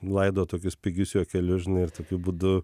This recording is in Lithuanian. laido tokius pigius juokelius žinai ir tokiu būdu